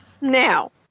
Now